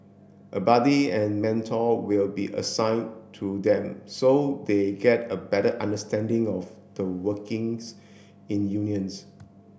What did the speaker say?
a buddy and mentor will be assigned to them so they get a better understanding of the workings in unions